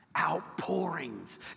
outpourings